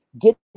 get